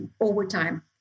overtime